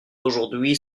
aujourd’hui